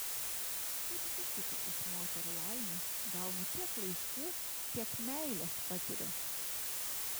kaip zitutė iš moterų laimės gaunu tiek laiškų tiek meilės patiriu